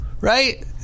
right